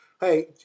Hey